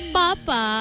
papa